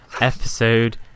Episode